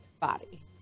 body